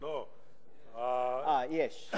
אה, יש.